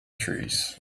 trees